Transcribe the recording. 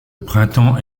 printemps